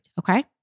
okay